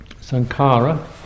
Sankara